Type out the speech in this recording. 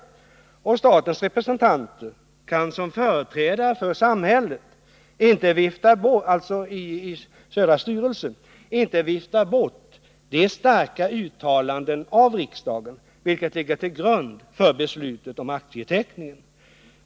Och statens representanter i Södra Skogsägarna kan som företrädare för samhället inte vifta bort de starka uttalanden av riksdagen som ligger till grund för beslutet om aktieteckningen.